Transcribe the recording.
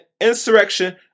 insurrection